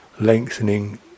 lengthening